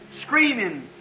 screaming